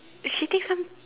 she take some